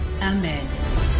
Amen